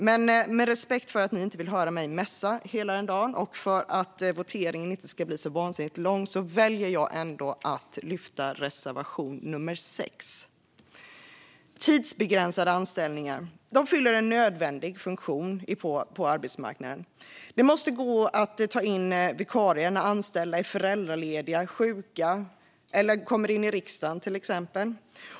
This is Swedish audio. Men med respekt för att ni inte vill höra mig mässa hela dagen och för att voteringen inte ska bli så vansinnigt lång väljer jag ändå att endast lyfta reservation nummer 6. Tidsbegränsade anställningar fyller en nödvändig funktion på arbetsmarknaden. Det måste gå att ta in vikarier när anställda är föräldralediga eller sjuka eller kommer in i riksdagen, till exempel.